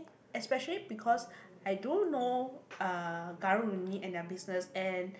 especially because I do know uh karang-guni and their business and